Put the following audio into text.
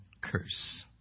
curse